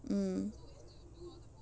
mm